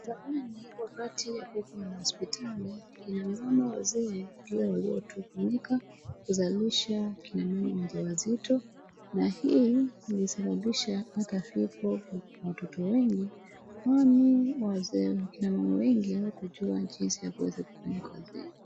Zamani wakati hakukuwa na hospitali, kina mama wazee ndio waliotumika kuzalisha kina mama wajawazito, na hii ilisababisha kupata vifo vya watoto wengi kwani, wazee kina mama wengi hawakujua jinsi ya kuweza kufanya kazi hii.